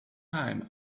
time